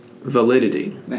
validity